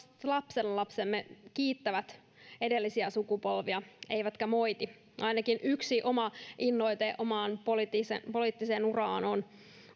lapsenlapsemme kiittävät edellisiä sukupolvia eivätkä moiti ainakin yksi innoite omaan poliittiseen poliittiseen uraani on